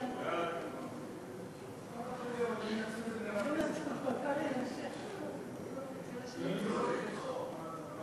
ההצעה להעביר את הצעת חוק התקשורת (בזק ושידורים)